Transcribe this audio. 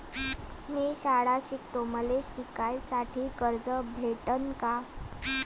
मी शाळा शिकतो, मले शिकासाठी कर्ज भेटन का?